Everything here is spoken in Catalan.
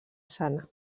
sana